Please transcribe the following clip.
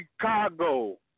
Chicago